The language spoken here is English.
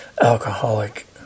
alcoholic